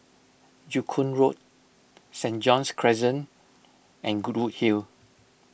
Joo Koon Road Saint John's Crescent and Goodwood Hill